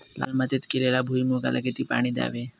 लाल मातीत केलेल्या भुईमूगाला किती पाणी द्यावे?